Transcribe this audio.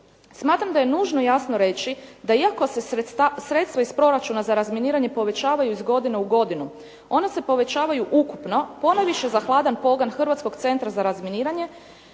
Smatram da je nužno jasno reći da iako se sredstva iz proračuna za razminiranje povećavaju iz godine u godinu, ona se povećavaju ukupno ponajviše za hladan pogon Hrvatskog centra za razminiranje